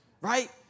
right